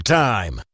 time